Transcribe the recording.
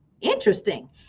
Interesting